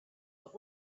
but